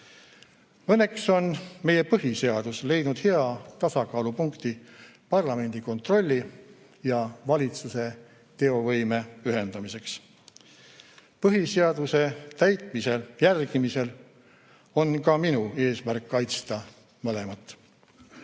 Õnneks on meie põhiseadus leidnud hea tasakaalupunkti parlamendi kontrolli ja valitsuse teovõime ühendamiseks. Põhiseaduse täitmise jälgimisel on ka minu eesmärk kaitsta mõlemat.